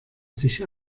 sich